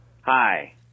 Hi